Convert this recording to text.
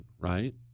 right